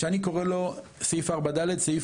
4(ד), שאני קורא לו "סעיף הקומבינה",